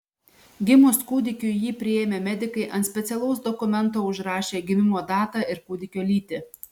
gimus kūdikiui jį priėmę medikai ant specialaus dokumento užrašė gimimo datą ir kūdikio lytį